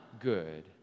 good